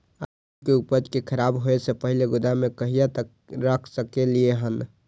आलु के उपज के खराब होय से पहिले गोदाम में कहिया तक रख सकलिये हन?